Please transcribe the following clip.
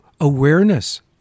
awareness